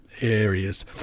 areas